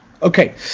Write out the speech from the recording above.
Okay